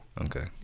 Okay